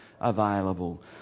available